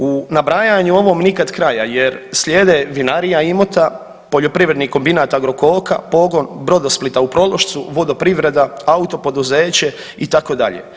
U nabrajanju ovom nikad kraja, jer slijede vinarija Imota, poljoprivredni kombinat Agrokoka, pogon Brodosplita u Prološcu, Vodoprivreda, autopoduzeće itd.